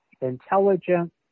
intelligent